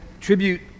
tribute